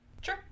Sure